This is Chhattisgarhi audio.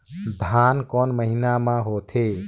धान कोन महीना मे होथे?